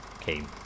came